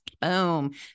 Boom